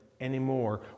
anymore